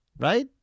Right